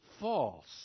false